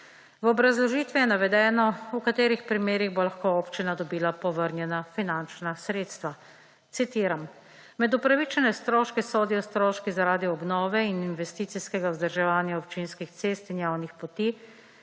V obrazložitvi je navedeno, v katerih primerih bo lahko občina dobila povrnjena finančna sredstva. Citiram: »Med upravičene stroške sodijo stroški zaradi obnove in investicijskega vzdrževanja občinskih cest in javnih poti,